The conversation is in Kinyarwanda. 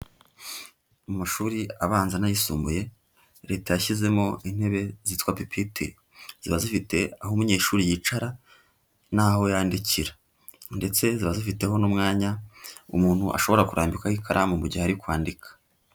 Amashuri abanza n'ayisumbuye leta yashyizemo intebe zitwa pipitire, ziba zifite aho umunyeshuri yicara n'aho yandikira ndetse ziba zifiteho n'umwanya umuntu ashobora kurambikwaho ikaramu mu gihe ari kwandika.